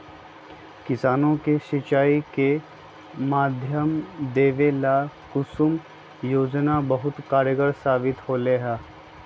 किसानों के सिंचाई के माध्यम देवे ला कुसुम योजना बहुत कारगार साबित होले है